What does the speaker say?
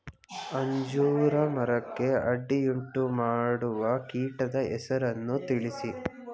ಅಂಜೂರ ಮರಕ್ಕೆ ಅಡ್ಡಿಯುಂಟುಮಾಡುವ ಕೀಟದ ಹೆಸರನ್ನು ತಿಳಿಸಿ?